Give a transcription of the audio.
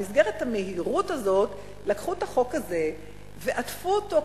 במסגרת המהירות הזאת לקחו את החוק הזה ועטפו אותו,